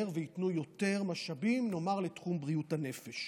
וייתנו יותר משאבים לתחום בריאות הנפש,